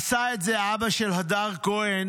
עשה את זה אבא של הדר כהן,